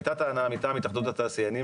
הייתה טענה מטעם התאחדות התעשיינים